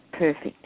Perfect